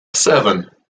seven